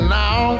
now